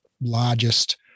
largest